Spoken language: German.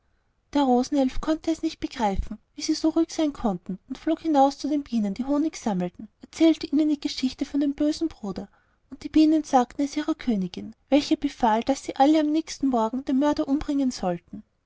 der rosenelf konnte es gar nicht begreifen wie sie so ruhig sein konnten und flog hinaus zu den bienen die honig sammelten erzählte ihnen die geschichte von dem bösen bruder und die bienen sagten es ihrer königin welche befahl daß sie alle am nächsten morgen den mörder umbringen sollten